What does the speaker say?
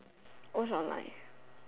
most online